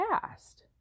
past